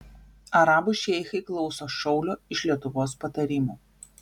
arabų šeichai klauso šaulio iš lietuvos patarimų